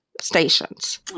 stations